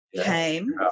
came